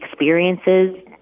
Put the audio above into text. experiences